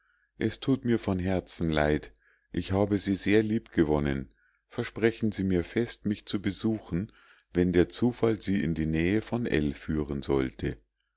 es thut mir von herzen leid ich habe sie sehr lieb gewonnen versprechen sie mir fest mich zu besuchen wenn der zufall sie in die nähe von l führen sollte